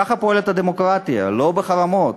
ככה פועלת הדמוקרטיה, לא בחרמות.